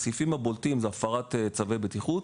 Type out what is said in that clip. הסעיפים הבולטים זה הפרת צווי בטיחות,